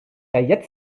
jetzt